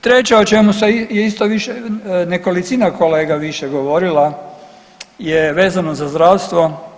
Treća o čemu se isto više, nekolicina kolega više govorila je vezano za zdravstvo.